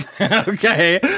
Okay